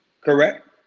correct